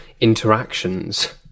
interactions